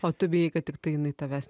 o tu bijai kad tiktai jinai tavęs